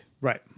right